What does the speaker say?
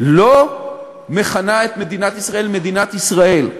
לא מכנה את מדינת ישראל "מדינת ישראל",